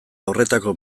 horretako